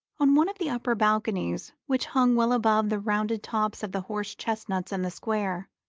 on one of the upper balconies, which hung well above the rounded tops of the horse-chestnuts in the square,